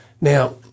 Now